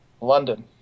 London